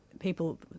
People